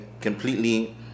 completely